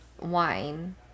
wine